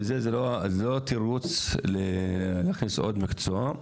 זה לא תירוץ להכניס עוד מקצוע.